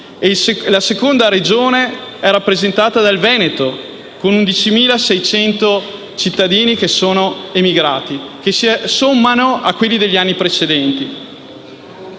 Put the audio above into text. la seconda Regione è rappresentata dal Veneto, con 11.600 cittadini emigrati, che si sommano a quelli degli anni precedenti.